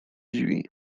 drzwi